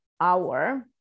hour